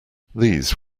these